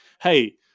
Hey